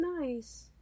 Nice